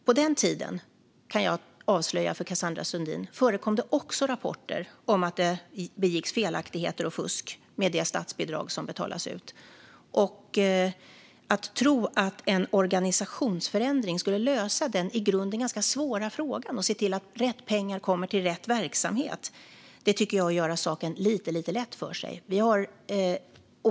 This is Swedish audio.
På den tiden, kan jag avslöja för Cassandra Sundin, förekom det också rapporter om att det begicks felaktigheter och fusk med det statsbidrag som betalades ut. Att tro att en organisationsförändring skulle lösa den i grunden ganska svåra frågan och se till att rätt pengar kommer till rätt verksamhet tycker jag är att göra det lite lätt för sig.